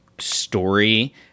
story